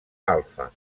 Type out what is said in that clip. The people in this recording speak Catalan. alfa